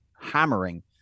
hammering